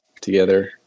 together